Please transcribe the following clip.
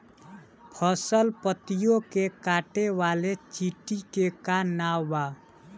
फसल पतियो के काटे वाले चिटि के का नाव बा?